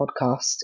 podcast